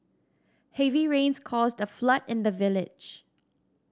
heavy rains caused a flood in the village